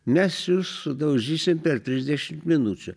mes sudaužysim per trisdešimt minučių